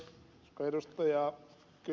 koska ed